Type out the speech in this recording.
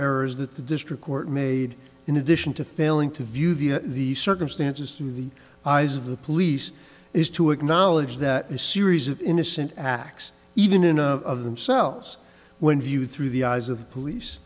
errors that the district court made in addition to failing to view via the circumstances through the eyes of the police is to acknowledge that a series of innocent acts even in of themselves when viewed through the eyes of police